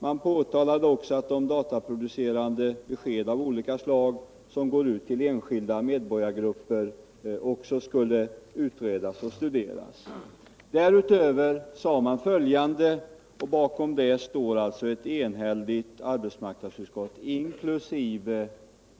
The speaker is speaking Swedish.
Utskottet framhöll också att de dataproducerade besked av olika slag som går ut till enskilda medborgargrupper skulle utredas och studeras. Därutöver sade utskottet följande — och bakom det står alltså ett enhälligt arbetsmarknadsutskott inkl.